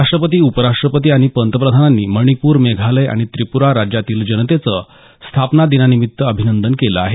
राष्ट्रपती उपराष्ट्रपती आणि पंतप्रधानांनी मणिपूर मेघालय आणि त्रिपुरा राज्यातील जनतेचं स्थापना दिनानिमित्त अभिनंदन केलं आहे